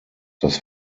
das